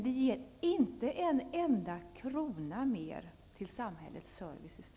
Jag står naturligtvis bakom samtliga socialdemokratiska reservationer i betänkandet, men jag vill särskilt yrka bifall till reservation 1 och